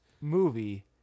movie